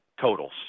totals